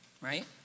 right